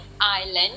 island